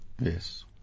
Yes